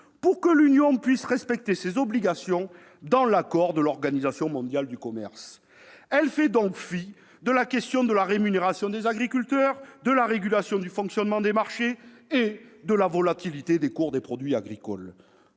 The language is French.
pour que l'Union puisse respecter ses obligations [...] dans l'accord de l'Organisation mondiale du commerce ». Elle fait donc fi de la question de la rémunération des agriculteurs, de la régulation du fonctionnement des marchés et de la volatilité des cours des produits agricoles.